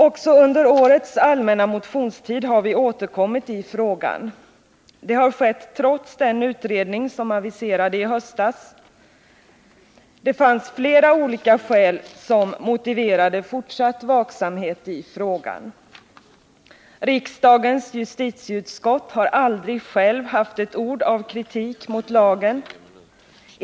Också under årets allmänna motionstid har vi återkommit till frågan. Det har skett trots den utredning som aviserades i höstas. Flera olika skäl motiverade fortsatt vaksamhet i frågan. Riksdagens justitieutskott har aldrig självt haft ett ord av kritik mot lagen.